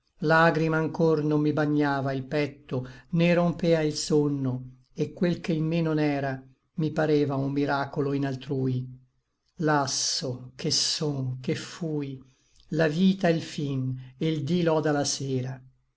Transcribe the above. lagrima anchor non mi bagnava il petto né rompea il sonno et quel che in me non era mi pareva un miracolo in altrui lasso che son che fui la vita el fin e l dí loda la sera